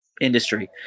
industry